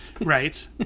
Right